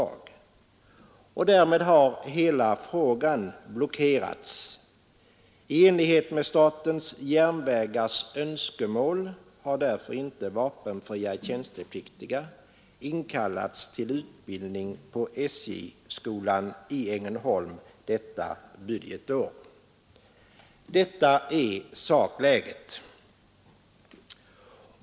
Därmed har hela frågan blockerats. I enlighet med statens järnvägars önskemål har därför inte vapenfria tjänstepliktiga inkallats till utbildning på SJ-skolan i Ängelholm detta budgetår. Detta är sakläget.